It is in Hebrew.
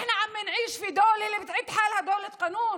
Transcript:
אנו חיים במדינה שמחשיבה את עצמה למדינת חוק,